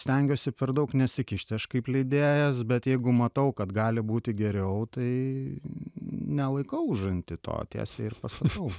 stengiuosi per daug nesikišti aš kaip leidėjas bet jeigu matau kad gali būti geriau tai nelaikau užanty to tiesiai ir pasakau